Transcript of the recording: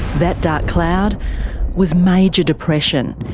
that dark cloud was major depression.